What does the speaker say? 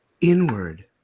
inward